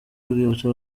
urwibutso